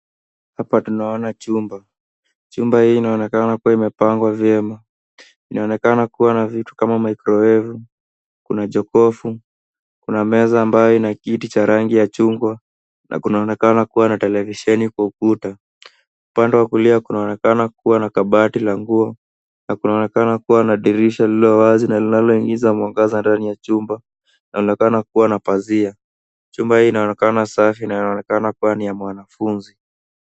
Hapa tunaona chumba, chumba hii inaonekana kuwa imepangwa vyema. Inaonekana kuwa na vitu kama microwave, kuna jokofu, kuna meza ambayo ina kiti cha rangi ya chungwa, na kunaonekana kuwa na televisheni kwa ukuta. Upande wa kulia kunaonekana kuwa na kabati la nguo, na kunaonekana kuwa na dirisha lililo wazi na linaingiza mwangaza ndani ya chumba. Linaonekana kuwa na pazia. Chumba hii inaonekana safi na inaonekana kuwa ni ya mwana funzi.